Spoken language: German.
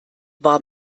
war